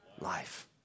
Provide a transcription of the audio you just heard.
life